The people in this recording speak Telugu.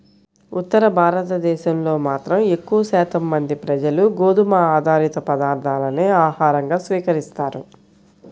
ఉత్తర భారతదేశంలో మాత్రం ఎక్కువ శాతం మంది ప్రజలు గోధుమ ఆధారిత పదార్ధాలనే ఆహారంగా స్వీకరిస్తారు